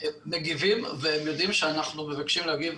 מגיבים והם יודעים שאנחנו מבקשים להגיב